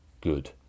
good